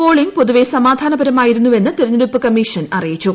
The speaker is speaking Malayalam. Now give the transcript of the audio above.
പോളിംഗ് പൊതുവെ സമാധാനപരമായിരുന്നെന്ന് തെരഞ്ഞെടുപ്പ് കമ്മീഷൻ അറിയിച്ചു